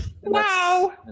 Wow